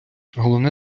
головне